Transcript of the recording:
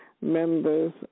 Members